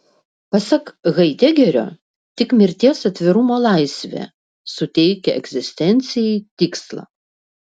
pasak haidegerio tik mirties atvirumo laisvė suteikia egzistencijai tikslą